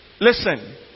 listen